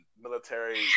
military